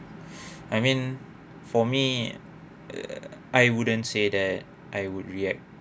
I mean for me I wouldn't say that I would react